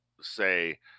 say